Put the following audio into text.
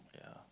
yeah